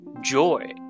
joy